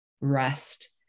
rest